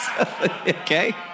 Okay